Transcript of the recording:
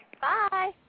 Bye